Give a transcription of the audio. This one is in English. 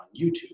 YouTube